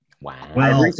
Wow